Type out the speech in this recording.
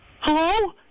Hello